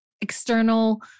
external